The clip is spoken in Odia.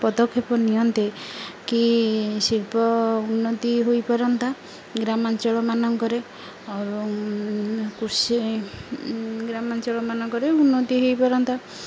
ପଦକ୍ଷେପ ନିଅନ୍ତେ କି ଶିଳ୍ପ ଉନ୍ନତି ହୋଇପାରନ୍ତା ଗ୍ରାମାଞ୍ଚଳ ମାନଙ୍କରେ ଆଉ କୃଷି ଗ୍ରାମାଞ୍ଚଳ ମାନଙ୍କରେ ଉନ୍ନତି ହେଇପାରନ୍ତା